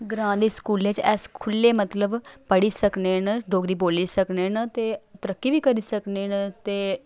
ग्रांऽ दे स्कूलें च अस खुल्ले मतलब पढ़ी सकने न डोगरी बोली सकने न ते तरक्की बी करी सकने न ते